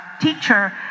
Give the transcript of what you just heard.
teacher